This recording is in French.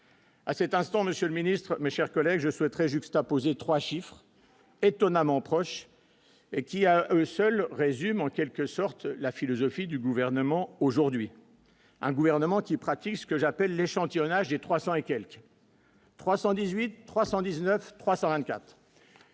à cet instant, monsieur le ministre, mais, chers collègues, je souhaiterais juxtaposées 3 chiffres étonnamment proche et qui à eux seuls, résume en quelque sorte la philosophie du gouvernement aujourd'hui un gouvernement qui pratique ce que j'appelle l'échantillonnage des 300 et quelques. 318 319, 320